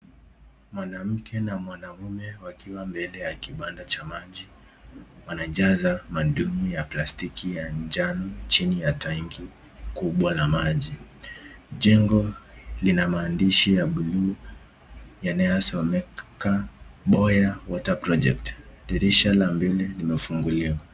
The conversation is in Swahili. Mwanamke na mwanaume wakiwa mbele ya kibanda cha maji. Wanajaza mandumi ya plastiki ya njano chini ya tangi kubwa la maji. Jengo lina maandishi ya buluu yanayo someka Boya Water Project, dirisha la mbele limefunguliwa.